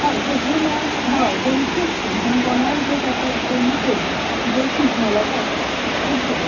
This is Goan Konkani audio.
हय सगळीं मेळून हय गोंयच्योच पूण हा गोंयान ज्यो जातात न्ही पळय त्योच ज्यो सिजनल आसात त्योच जाय